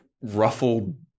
ruffled